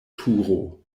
turo